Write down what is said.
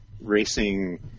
racing